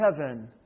Heaven